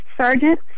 sergeant